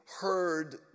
heard